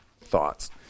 thoughts